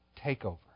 takeover